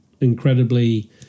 incredibly